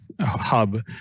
hub